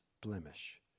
blemish